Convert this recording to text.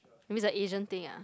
that means the Asian thing ah